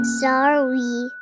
Sorry